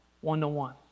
one-to-one